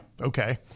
Okay